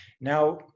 Now